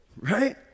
right